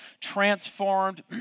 transformed